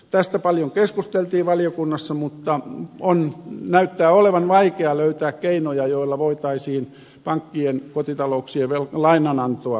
tästä paljon keskusteltiin valiokunnassa mutta näyttää olevan vaikea löytää keinoja joilla voitaisiin pankkien kotitalouksien lainanantoa rajoittaa